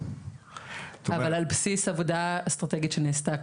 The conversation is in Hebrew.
אבל על בסיס עבודה אסטרטגית שנעשתה.